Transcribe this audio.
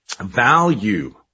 value